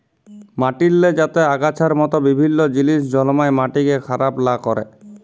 মাটিল্লে যাতে আগাছার মত বিভিল্ল্য জিলিস জল্মায় মাটিকে খারাপ লা ক্যরে